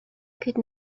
could